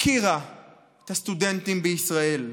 הפקירה את הסטודנטים בישראל.